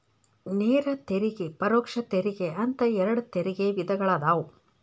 ನೇರ ತೆರಿಗೆ ಪರೋಕ್ಷ ತೆರಿಗೆ ಅಂತ ಎರಡ್ ತೆರಿಗೆ ವಿಧಗಳದಾವ